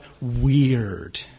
weird